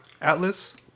atlas